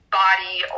body